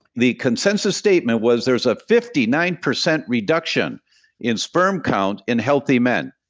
the consensus statement was there's a fifty nine percent reduction in sperm count in healthy men.